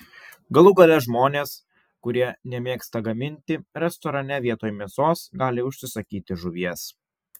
galų gale žmonės kurie nemėgsta gaminti restorane vietoj mėsos gali užsisakyti žuvies